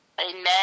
Amen